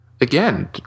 again